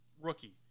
rookie